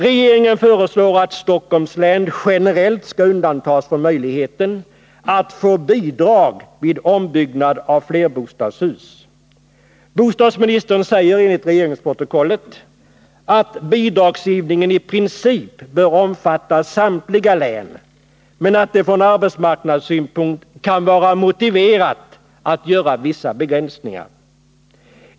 Regeringen föreslår att Stockholms län generellt skall undantas från möjligheten att få bidrag vid ombyggnad av flerbostadshus. Bostadsministern säger enligt regeringsprotokollet att bidragsgivningen i princip bör omfatta samtliga län men att det från arbetsmarknadssynpunkt ”kan vara motiverat” att göra vissa begränsningar.